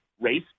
race